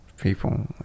People